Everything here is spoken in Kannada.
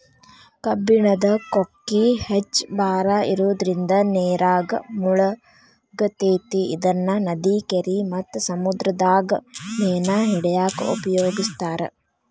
ಕಬ್ಬಣದ ಕೊಕ್ಕಿ ಹೆಚ್ಚ್ ಭಾರ ಇರೋದ್ರಿಂದ ನೇರಾಗ ಮುಳಗತೆತಿ ಇದನ್ನ ನದಿ, ಕೆರಿ ಮತ್ತ ಸಮುದ್ರದಾಗ ಮೇನ ಹಿಡ್ಯಾಕ ಉಪಯೋಗಿಸ್ತಾರ